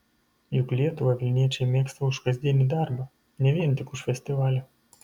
juk lietuvą vilniečiai mėgsta už kasdienį darbą ne vien tik už festivalį